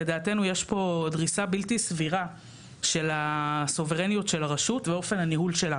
לדעתנו יש פה דריסה בלתי סבירה של הסוברניות של הרשות ואופן הניהול שלה.